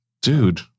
Dude